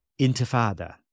Intifada